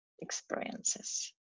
experiences